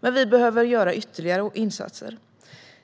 Men vi behöver göra ytterligare insatser.